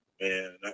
man